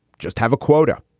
just have a quota.